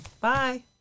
Bye